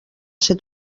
ser